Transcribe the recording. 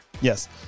Yes